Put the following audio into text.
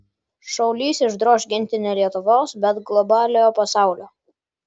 šaulys išdroš ginti ne lietuvos bet globaliojo pasaulio